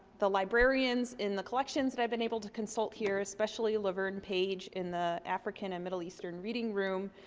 the librarians in the collections that i've been able to consult here, especially laverne page in the african and middle eastern reading room.